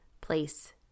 place